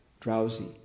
drowsy